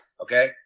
okay